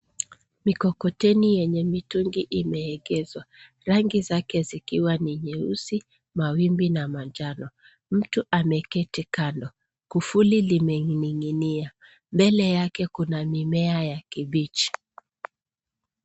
Mikokoteni yenye mitungi imeegezwa. Rangi zake zikiwa ni nyeusi, mawimbi na manjano. Mtu ameketi kando. Kufuli limening'inia. Mbele yake kuna mimea ya kibichi.